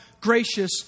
gracious